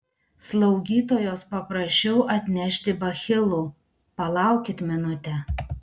slaugytojos paprašiau atnešti bachilų palaukit minutę